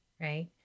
Right